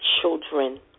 children